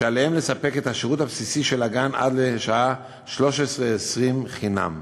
שעליהם לתת את השירות הבסיסי של הגן עד לשעה 13:20 חינם.